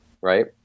Right